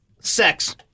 Sex